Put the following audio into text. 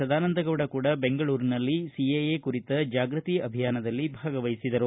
ಸದಾನಂದಗೌಡ ಕೂಡ ಬೆಂಗಳೂರಿನಲ್ಲಿ ಸಿಎಎ ಕುರಿತ ಜಾಗ್ಯತಿ ಅಭಿಯಾನದಲ್ಲಿ ಭಾಗವಹಿಸಿದರು